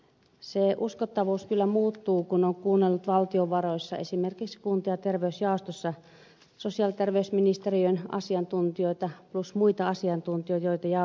se uskottavuus kyllä muuttuu kun on kuunnellut valtiovaroissa esimerkiksi kunta ja terveysjaostossa sosiaali ja terveysministeriön asiantuntijoita plus muita asiantuntijoita joita jaosto kuulee